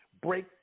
break